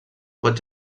pot